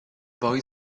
boy